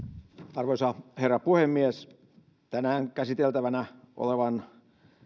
arvoisa herra puhemies tänään käsiteltävänä olevan